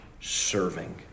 serving